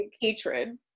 Hatred